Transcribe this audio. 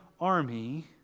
army